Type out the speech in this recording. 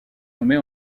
nommée